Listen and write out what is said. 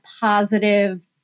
positive